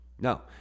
No